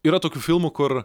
yra tokių filmų kur